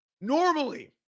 normally